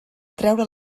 treure